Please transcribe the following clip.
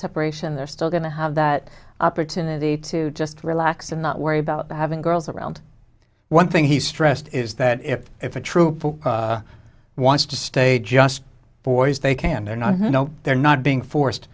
separation they're still going to have that opportunity to just relax and not worry about having girls around one thing he stressed is that if if a troop wants to stay just boys they can they're not no they're not being forced